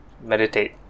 meditate